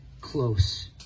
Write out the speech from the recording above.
close